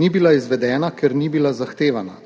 Ni bila izvedena, ker ni bila zahtevana,